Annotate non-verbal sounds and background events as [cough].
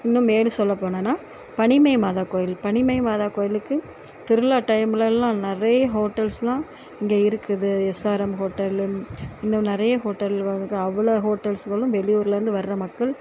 இன்னும் மேலும் சொல்லபோனேனால் பனிமய மாதா கோவில் பனிமய மாதா கோவிலுக்கு திருவிழா டைமுலலாம் நிறைய ஹோட்டல்ஸுலாம் இங்கே இருக்குது எஸ்ஆர்எம் ஹோட்டல்லு இன்னும் நிறைய ஹோட்டல் வந்து [unintelligible] அவ்வளோ ஹோட்டல்ஸுகளும் வெளியூர்லருந்து வர்ற மக்கள்